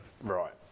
Right